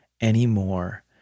anymore